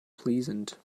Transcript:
pleasant